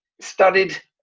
studied